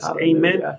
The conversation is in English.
Amen